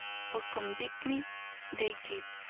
for convict me they did,